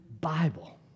Bible